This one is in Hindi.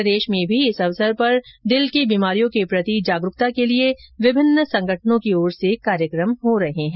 प्रदेश में भी इस अवसर पर दिल की बीमारियों के प्रति जागरूकता के लिए विभिन्न संगठनों की ओर से कार्यक्रम आयोजित किए जा रहे हैं